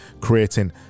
creating